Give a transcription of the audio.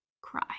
cry